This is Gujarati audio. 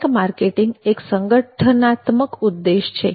બેન્ક માર્કેટિંગ એક સંગઠનાત્મક ઉદ્દેશ છે